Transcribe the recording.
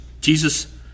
Jesus